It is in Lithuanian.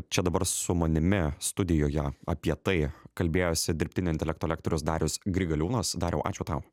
čia dabar su manimi studijoje apie tai kalbėjosi dirbtinio intelekto lektorius darius grigaliūnas dariau ačiū tau